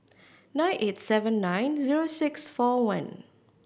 nine eight seven nine zero six four one